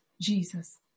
Jesus